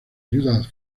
ayuda